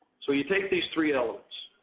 so you take these three elements,